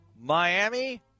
Miami